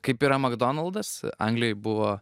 kaip yra makdonaldas anglijoj buvo